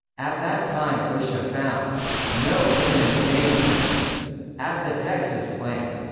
at that time osha found no imminent dangers at the texas plant.